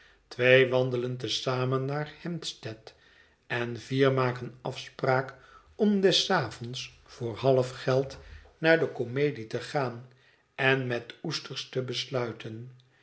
twee wandelen te zamen naar h a m p s t e a d en vier maken afspraak om des avonds voor half geld naar de komedie te gaan en met oesters te besluiten